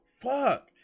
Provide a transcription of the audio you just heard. Fuck